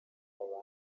baba